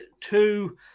two